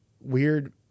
weird